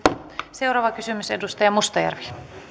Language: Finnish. seuraava kysymys edustaja mustajärvi